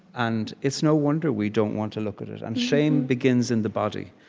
and it's no wonder we don't want to look at it. shame begins in the body.